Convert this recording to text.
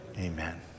amen